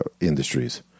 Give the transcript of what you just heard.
industries